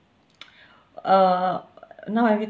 uh now everything